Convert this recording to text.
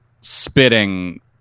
spitting